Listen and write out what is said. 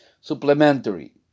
supplementary